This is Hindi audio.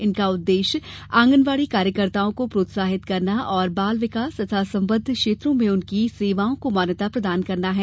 इनका उद्देश्य आंगनवाड़ी कार्यकर्ताओं को प्रोत्साहित करना और बाल विकास तथा संबंद्व क्षेत्रों में उनकी सेवाओं को मान्यता प्रदान करना है